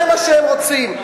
זה מה שהם רוצים.